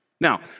Now